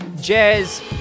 jazz